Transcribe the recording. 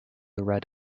red